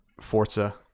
forza